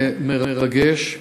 מרגש,